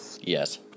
yes